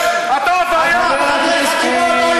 תן לי רגע לעשות שקט.